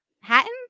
Hatton